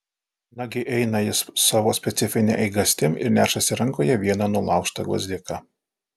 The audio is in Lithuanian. nagi eina jis savo specifine eigastim ir nešasi rankoje vieną nulaužtą gvazdiką